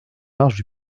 marches